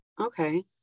Okay